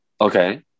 Okay